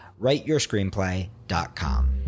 writeyourscreenplay.com